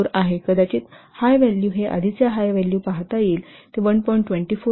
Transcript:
24 आहे कदाचित high value हे आधीचे हाय व्हॅल्यू पहाता येईल ते 1